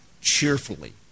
cheerfully